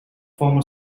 former